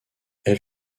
elle